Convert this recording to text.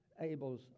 Abel's